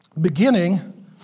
Beginning